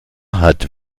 hat